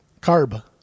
carb